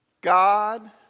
God